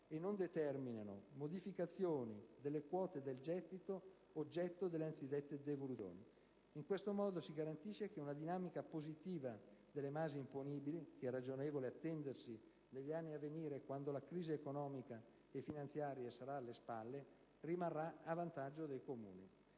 e non determinino modificazioni delle quote del gettito oggetto delle anzidette devoluzioni. In questo modo, si garantisce che una dinamica positiva delle basi imponibili (che è ragionevole attendersi negli anni a venire, quando avremo lasciato alle nostre spalle la crisi economica e finanziaria) rimarrà a vantaggio dei Comuni.